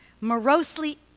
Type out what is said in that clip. morosely